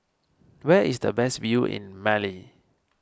where is the best view in Mali